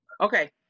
Okay